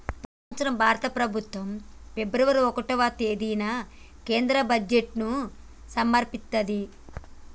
ప్రతి సంవత్సరం భారత ప్రభుత్వం ఫిబ్రవరి ఒకటవ తేదీన కేంద్ర బడ్జెట్ను సమర్పిత్తది